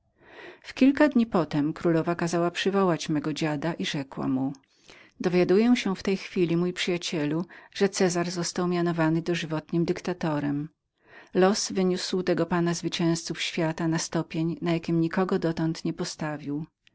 w kilka dni potem królowa kazała przywołać mego dziada i rzekła mu dowiaduję się w tej chwili mój przyjacielu że cezar został mianowany dożywotnim dyktatorem los wyniósł tego pana zwycięzców świata na stopień na jakim nikogo dotąd nie postawił